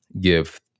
give